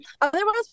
Otherwise